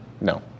No